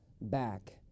back